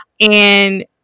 And-